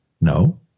No